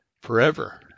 forever